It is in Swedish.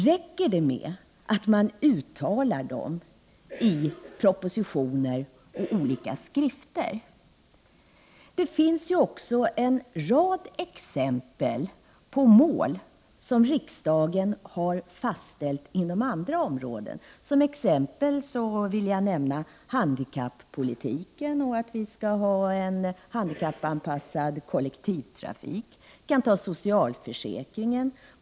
Räcker det med att man uttalar dem i propositioner och olika skrifter? Det finns också en rad exempel på mål som riksdagen har fastställt inom andra områden. Ett exempel är handikappolitiken och målet att kollektivtrafiken skall vara handikappanpassad.